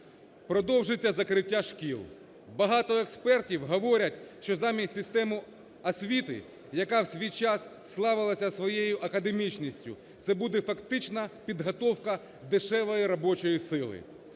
Продовжиться закриття шкіл. Багато експертів говорять, що замість системи освіти, яка в свій час славилася своєю академічністю, це буде фактично підготовка дешевої робочої сили.